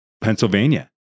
Pennsylvania